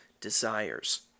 desires